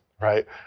right